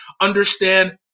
understand